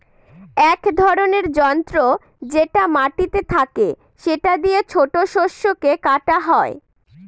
এক ধরনের যন্ত্র যেটা মাটিতে থাকে সেটা দিয়ে ছোট শস্যকে কাটা হয়